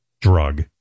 drug